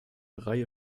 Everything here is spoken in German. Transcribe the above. reihe